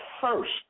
first